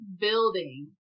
building